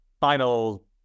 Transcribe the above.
final